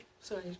sorry